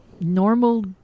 normal